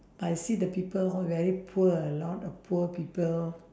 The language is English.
but I see the people all very poor a lot of poor people